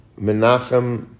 Menachem